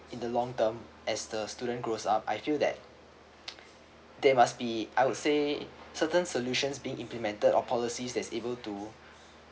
in the long term as the student grows up I feel that they must be I would say certain solutions being implemented or policies that's able to